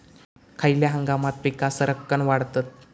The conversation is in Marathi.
खयल्या हंगामात पीका सरक्कान वाढतत?